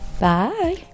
Bye